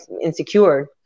insecure